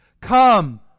Come